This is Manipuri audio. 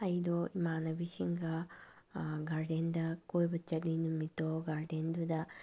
ꯑꯩꯗꯣ ꯏꯃꯥꯟꯅꯕꯤꯁꯤꯡꯒ ꯒꯥꯔꯗꯦꯟꯗ ꯀꯣꯏꯕ ꯆꯠꯂꯤ ꯅꯨꯃꯤꯠꯇꯣ ꯒꯥꯔꯗꯦꯟꯗꯨꯗ